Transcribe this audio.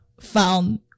found